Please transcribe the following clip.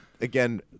again